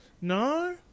No